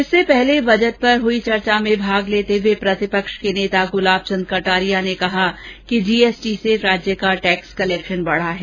इससे पहले बजट पर चर्चा में भाग लेते हुए प्रतिपक्ष के नेता गुलाबचंद कटारिया ने कहा कि जीएसटी से राज्य का टैक्स कलेक्शन बढा है